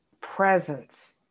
presence